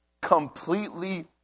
completely